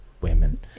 women